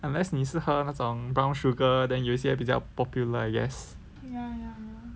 unless 你是喝那种 brown sugar then 有一些比较 popular I guess